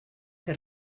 que